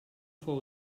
fou